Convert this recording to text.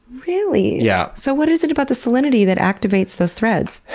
really? yeah so, what is it about the salinity that activates those threads?